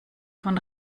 von